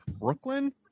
Brooklyn